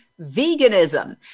veganism